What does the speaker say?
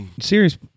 Serious